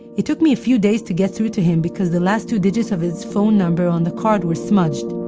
it took me a few days to get through to him, because the last two digits of his phone number on the card were smudged.